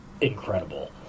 incredible